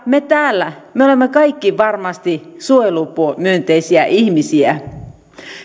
me täällä olemme kaikki varmasti suojelumyönteisiä ihmisiä